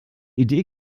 idee